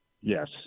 Yes